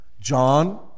John